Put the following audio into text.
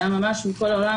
זה היה ממש מכל העולם,